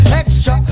extra